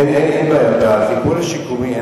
אין בעיה בטיפול השיקומי.